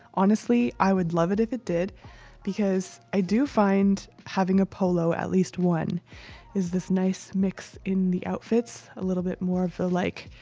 honestly, i would love it if it did because i do find having a polo, at least one is this nice mix in the outfits, a little bit more of like.